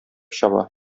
чаба